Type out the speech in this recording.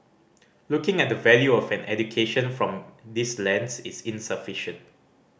looking at the value of an education from this lens is insufficient